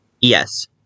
Yes